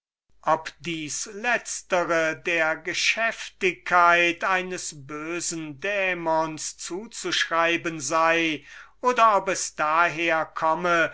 ob dieses letztere der geschäftigkeit irgend eines bösen dämons zu zuschreiben sei oder ob es daher komme